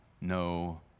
no